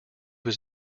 was